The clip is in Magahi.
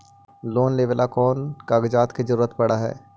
लोन लेबे ल कैन कौन कागज के जरुरत पड़ है?